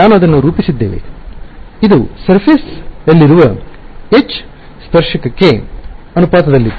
ನಾವು ಅದನ್ನು ರೂಪಿಸಿದ್ದೇವೆ ಇದು ಮೇಲ್ಮೈಗೆ ಸರ್ಫೆಸ್ ಯಲ್ಲಿರುವ H ಸ್ಪರ್ಶಕಕ್ಕೆ ಅನುಪಾತದಲ್ಲಿತ್ತು